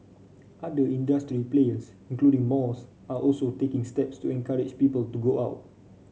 other industry players including malls are also taking steps to encourage people to go out